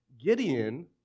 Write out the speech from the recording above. Gideon